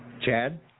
Chad